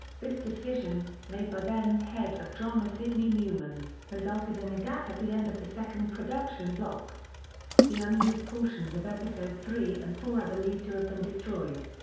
this decision, made by then-head of drama sydney newman, resulted in a gap at the end of the second production block the unused portions of episodes three and four are believed to have been destroyed.